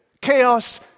chaos